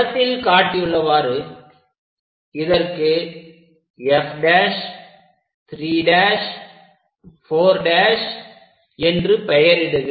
படத்தில் காட்டியுள்ளவாறு இதற்கு F'3'4' என்று பெயரிடுக